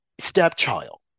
stepchild